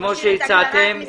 כמו שהצעתם.